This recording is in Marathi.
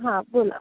हां बोला